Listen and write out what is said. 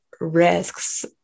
risks